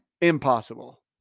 Impossible